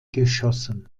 geschossen